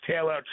Taylor